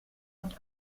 und